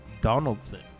Donaldson